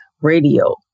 radio